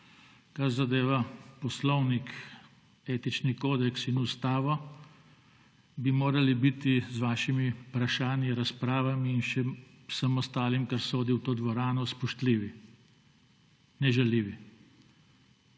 kar zadeva poslovnik, etični kodeks in ustavo, bi morali biti z vašimi vprašanji, razpravami in še vsem ostalim, kar sodi v to dvorano, spoštljivi, ne žaljivi.